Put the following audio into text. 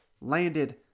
Landed